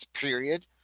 period